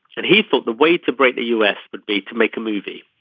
and he thought the way to break the us would be to make a movie.